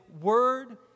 Word